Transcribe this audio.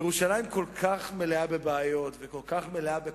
ירושלים כל כך מלאה בבעיות וכל כך מלאה בקונפליקטים,